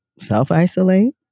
self-isolate